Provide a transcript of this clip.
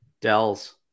Dells